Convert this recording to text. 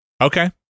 Okay